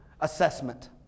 assessment